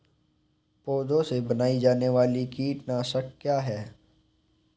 पौधों से बनाई जाने वाली कीटनाशक क्या है?